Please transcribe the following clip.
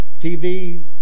TV